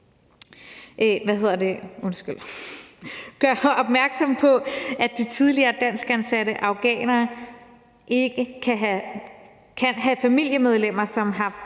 opmærksom på, at de tidligere danskansatte afghanere kan have familiemedlemmer, som har